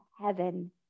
heaven